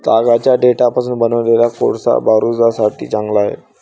तागाच्या देठापासून बनवलेला कोळसा बारूदासाठी चांगला आहे